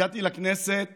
הגעתי לכנסת